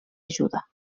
ajuda